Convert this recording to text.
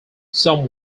some